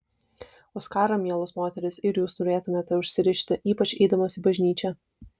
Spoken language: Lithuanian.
o skarą mielos moterys ir jūs turėtumėte užsirišti ypač eidamos į bažnyčią